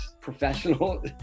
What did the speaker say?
professional